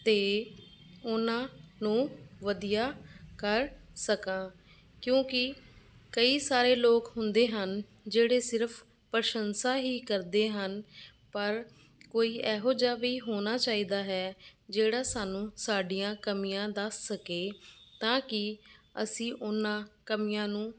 ਅਤੇ ਉਹਨਾਂ ਨੂੰ ਵਧੀਆ ਕਰ ਸਕਾਂ ਕਿਉਂਕਿ ਕਈ ਸਾਰੇ ਲੋਕ ਹੁੰਦੇ ਹਨ ਜਿਹੜੇ ਸਿਰਫ਼ ਪ੍ਰਸ਼ੰਸਾ ਹੀ ਕਰਦੇ ਹਨ ਪਰ ਕੋਈ ਇਹੋ ਜਿਹਾ ਵੀ ਹੋਣਾ ਚਾਹੀਦਾ ਹੈ ਜਿਹੜਾ ਸਾਨੂੰ ਸਾਡੀਆਂ ਕਮੀਆਂ ਦੱਸ ਸਕੇ ਤਾਂ ਕਿ ਅਸੀਂ ਉਹਨਾਂ ਕਮੀਆਂ ਨੂੰ